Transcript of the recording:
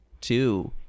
Two